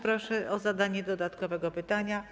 Proszę o zadanie dodatkowego pytania.